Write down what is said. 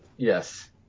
Yes